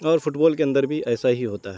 اور football کے اندر بھی ایسا ہی ہوتا ہے